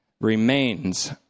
remains